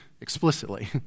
explicitly